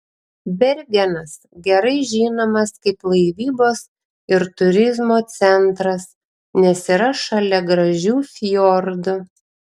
bergenas gerai žinomas kaip laivybos ir turizmo centras nes yra šalia gražių fjordų